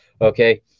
Okay